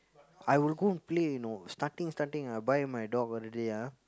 I will go and play you know starting starting I buy my dog already ah